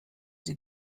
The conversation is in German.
sie